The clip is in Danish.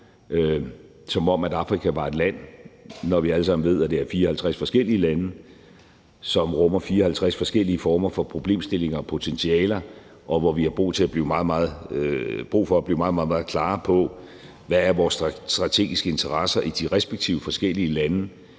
som om Afrika var et land, når vi alle sammen ved, at det er 54 forskellige lande, som rummer 54 forskellige former for problemstillinger og potentialer, og hvor vi har brug for at blive meget, meget klare på, hvad vores strategiske interesser er i de respektive forskellige lande,